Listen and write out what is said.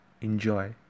Enjoy